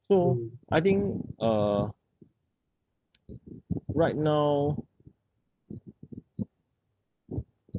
so I think uh right now